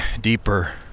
deeper